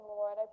Lord